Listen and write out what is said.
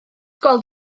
gweld